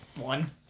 One